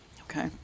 Okay